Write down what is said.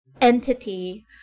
entity